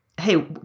hey